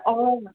অঁ